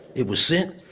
it was sent,